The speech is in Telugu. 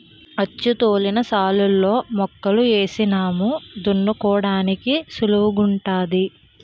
అచ్చుతోలిన శాలులలో మొక్కలు ఏసినాము దున్నుకోడానికి సుళువుగుంటాది